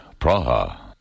Praha